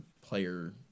player